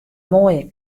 moaie